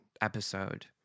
episode